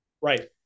Right